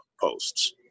posts